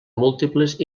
múltiples